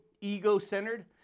ego-centered